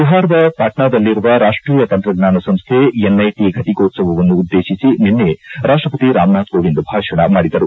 ಬಿಹಾರದ ಪಾಟ್ನಾದಲ್ಲಿರುವ ರಾಷ್ವೀಯ ತಂತ್ರಜ್ಞಾನ ಸಂಸ್ಥೆ ಎನ್ಐಟ ಘಟಕೋತ್ಸವವನ್ನು ಉದ್ದೇಶಿಸಿ ನಿನ್ನೆ ರಾಷ್ಟಪತಿ ರಾಮನಾಥ್ ಕೋವಿಂದ್ ಭಾಷಣ ಮಾಡಿದರು